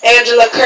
Angela